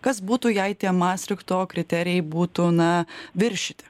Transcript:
kas būtų jei tie mastrichto kriterijai būtų na viršyti